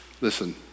Listen